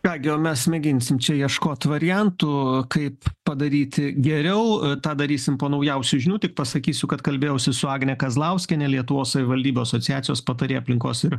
ką gi o mes mėginsim čia ieškot variantų kaip padaryti geriau tą darysim po naujausių žinių tik pasakysiu kad kalbėjausi su agne kazlauskiene lietuvos savivaldybių asociacijos patarėja aplinkos ir